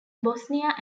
bosnia